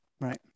Right